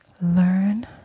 learn